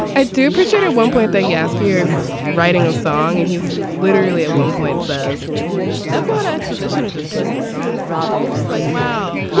i do appreciate. at one point they ask you is writing a song and he's literally at ah one point says that's a lot of exposition to just put in a song like wow,